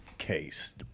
case